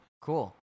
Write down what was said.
Cool